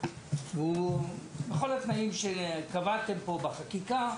בכל התנאים שקבעתם פה בחקיקה: